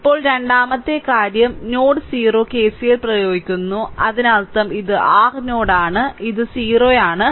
ഇപ്പോൾ രണ്ടാമത്തെ കാര്യം നോഡ് 0 കെസിഎൽ പ്രയോഗിക്കുക അതിനർത്ഥം ഇത് r നോഡ് ആണ് ഇത് o ആണ്